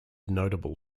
notable